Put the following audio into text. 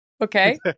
Okay